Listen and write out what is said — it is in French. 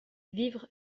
vivre